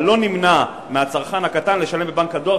אבל לא נמנע מהצרכן הקטן לשלם בבנק הדואר,